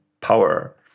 power